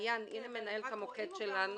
הנה מנהל המוקד שלנו.